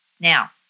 Now